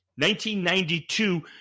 1992